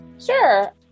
Sure